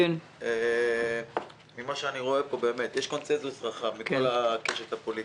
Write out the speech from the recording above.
אני מבין שיש קונצנזוס רחב מכל הקשת הפוליטית.